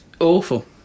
awful